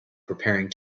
preparing